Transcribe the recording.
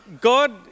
God